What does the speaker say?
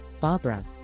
Barbara